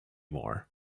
more